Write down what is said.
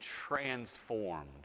transformed